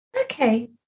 okay